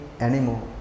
anymore